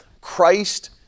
Christ